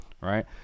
Right